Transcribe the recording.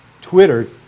Twitter